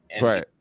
Right